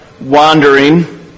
wandering